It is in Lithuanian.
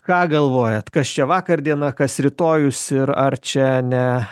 ką galvojate kas čia vakar diena kas rytojus ir ar čia ne